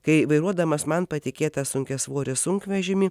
kai vairuodamas man patikėtą sunkiasvorį sunkvežimį